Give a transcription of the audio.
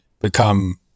become